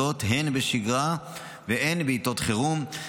זאת הן בשגרה והן בעיתות חירום.